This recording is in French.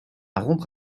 rompre